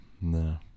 No